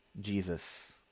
Jesus